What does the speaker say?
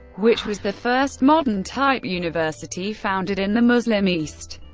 which was the first modern-type university founded in the muslim east.